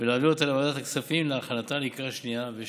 ולהעביר אותה לוועדת הכספים להכנתה לקריאה שנייה ושלישית.